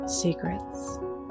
secrets